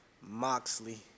Moxley